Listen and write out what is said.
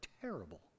terrible